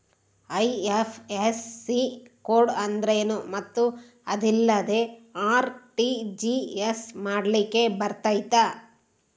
IFSC code ಅಂದ್ರೇನು ಮತ್ತು ಅದಿಲ್ಲದೆ ಆರ್.ಟಿ.ಜಿ.ಎಸ್ ಮಾಡ್ಲಿಕ್ಕೆ ಬರ್ತೈತಾ?